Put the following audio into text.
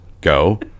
go